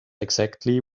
exactly